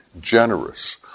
generous